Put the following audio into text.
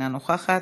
אינה נוכחת,